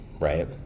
right